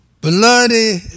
Bloody